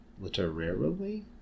literarily